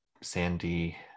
Sandy